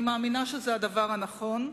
אני מאמינה שזה הדבר הנכון,